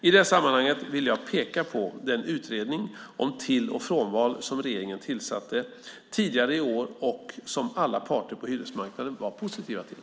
I det sammanhanget vill jag peka på den utredning om till och frånval som regeringen tillsatte tidigare i år och som alla parter på hyresmarknaden var positiva till.